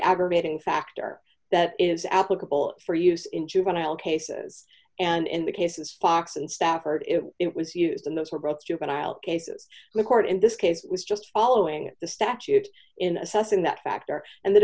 aggravating factor that is applicable for use in juvenile cases and in the cases fox and stafford it was used in those were both juvenile cases the court in this case was just following the statute in assessing that factor and th